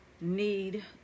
need